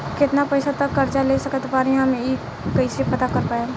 केतना पैसा तक कर्जा ले सकत बानी हम ई कइसे पता कर पाएम?